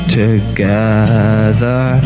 together